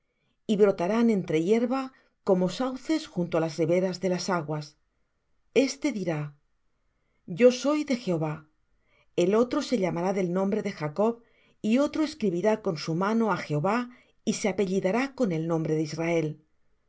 y brotarán entre hierba como sauces junto á las riberas de las aguas este dirá yo soy de jehová el otro se llamará del nombre de jacob y otro escribirá con su mano a jehová y se apellidará con el nombre de israel